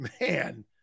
Man